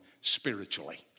spiritually